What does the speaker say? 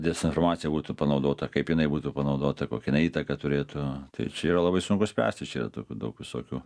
dezinformacija būtų panaudota kaip jinai būtų panaudota kokią jinai įtaką turėtų tai čia yra labai sunku spręsti čia tokių daug visokių